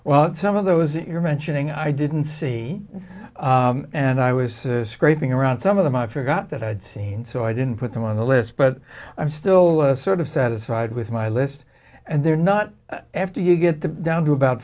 well some of those you're mentioning i didn't see and i was scraping around some of them i forgot that i'd seen so i didn't put them on the list but i'm still sort of satisfied with my list and they're not after you get the down to about